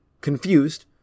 Confused